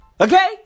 Okay